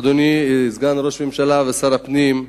אדוני סגן ראש הממשלה ושר הפנים,